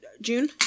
June